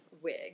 wig